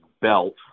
belt